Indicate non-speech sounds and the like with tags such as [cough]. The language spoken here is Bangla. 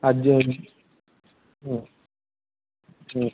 [unintelligible] হুম হুম